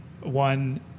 one